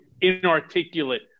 inarticulate